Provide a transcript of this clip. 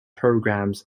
programs